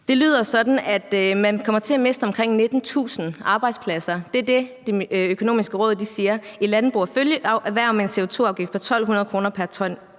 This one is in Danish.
Det forlyder, at man kommer til at miste omkring 19.000 arbejdspladser i landbrug og følgeerhverv med en CO2-afgift på 1.200 kr. pr. ton